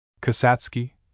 Kasatsky